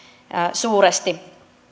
suuresti